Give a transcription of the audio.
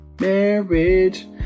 marriage